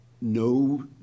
no